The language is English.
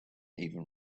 even